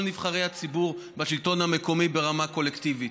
נבחרי הציבור בשלטון המקומי ברמה קולקטיבית.